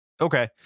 Okay